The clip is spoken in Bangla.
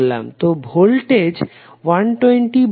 তো ভোল্টেজ 120 ভোল্ট